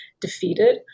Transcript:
defeated